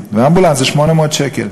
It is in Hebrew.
ואמבולנס זה 800 שקל.